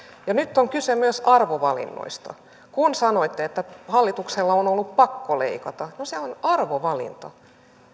ja nyt on kyse myös arvovalinnoista kun sanoitte että hallituksen on ollut pakko leikata no se on arvovalinta